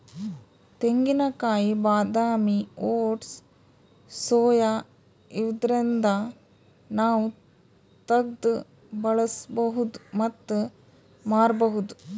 ತೆಂಗಿನಕಾಯಿ ಬಾದಾಮಿ oats soya ಇವ್ದರಿಂದ್ ನಾವ್ ತಗ್ದ್ ಬಳಸ್ಬಹುದ್ ಮತ್ತ್ ಮಾರ್ಬಹುದ್